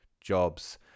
jobs